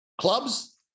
clubs